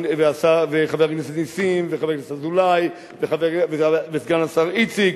וחבר הכנסת נסים וחבר הכנסת אזולאי וסגן השר איציק,